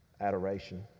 adoration